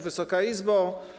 Wysoka Izbo!